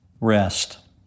rest